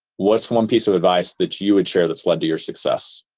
what's one piece of advice that you would share that's led to your success?